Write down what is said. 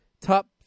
top